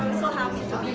so happy